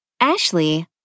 Ashley